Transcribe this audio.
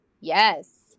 Yes